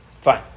fine